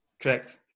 Correct